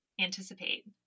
anticipate